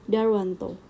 Darwanto